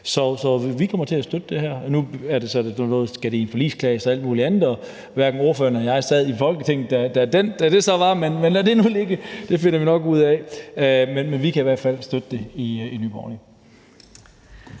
Så vi kommer til at støtte det her. Nu skal det så i forligskreds og alt muligt andet, og hverken ordføreren eller jeg sad i Folketinget, da det så var, men lad det nu ligge, det finder vi nok ud af. Men vi kan i hvert fald støtte det i Nye Borgerlige.